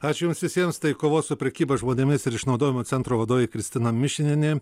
ačiū jums visiems tai kovos su prekyba žmonėmis ir išnaudojimu centro vadovė kristina mišinienė